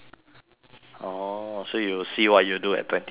oh so you'll see what you do at twenty twenty one ah